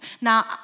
Now